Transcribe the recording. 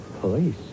Police